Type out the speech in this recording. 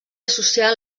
social